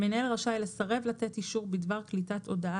המנהל רשאי לסרב לתת אישור בדבר קליטת הודעה